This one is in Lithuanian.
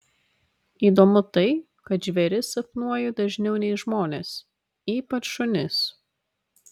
įdomu tai kad žvėris sapnuoju dažniau nei žmones ypač šunis